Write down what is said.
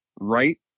right